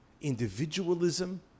individualism